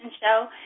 Show